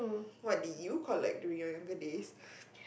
what do you call like during your younger days